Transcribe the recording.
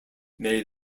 may